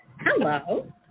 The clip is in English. Hello